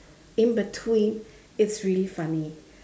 in between it's really funny